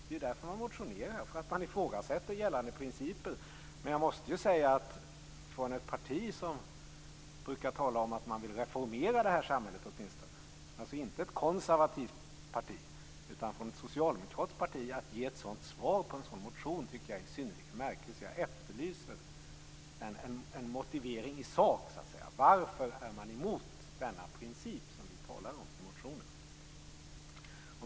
Det är ju därför man motionerar. Man ifrågasätter gällande principer. Att ett parti som brukar tala om att man vill reformera det här samhället - alltså inte ett konservativt parti utan ett socialdemokratiskt parti - ger ett sådant svar på en sådan motion tycker jag är synnerligen märkligt. Jag efterlyser en motivering i sak. Varför är man emot denna princip som vi talar om i motionen?